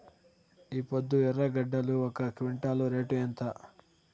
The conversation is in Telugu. ఈపొద్దు ఎర్రగడ్డలు ఒక క్వింటాలు రేటు ఎంత?